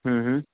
ह्म्म ह्म्म